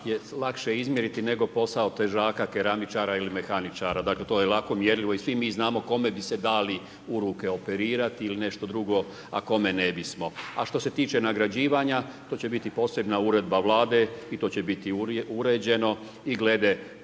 je lakše izmjeriti, nego posao težaka, keramičara ili mehaničara. Dakle, to je lako mjerljivo i svi mi znamo kome bi se dali u ruke operirati ili nešto drugo, a kome ne bismo. A što se tiče nagrađivanja, to će biti posebna uredba vlade i to će biti uređeno i glede